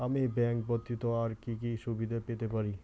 আমি ব্যাংক ব্যথিত আর কি কি সুবিধে পেতে পারি?